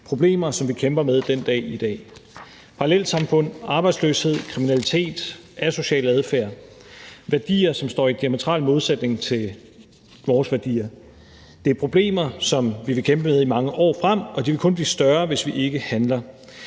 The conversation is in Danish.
problemer som vi kæmper med den dag i dag: Parallelsamfund, arbejdsløshed, kriminalitet, asocial adfærd; værdier, som står i diametral modsætning til vores værdier. Det er problemer, som vi vil kæmpe med i mange år frem, og de vil kun blive større, hvis vi ikke handler.